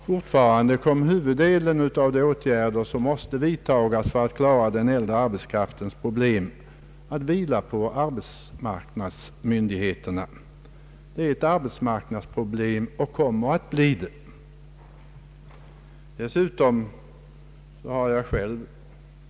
Fortfarande kommer huvuddelen av de åtgärder som måste vidtas för att lösa den äldre arbetskraftens problem att vila på arbetsmarknadsmyndigheterna — det är ett arbetsmarknadsproblem och kommer att så förbli.